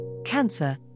Cancer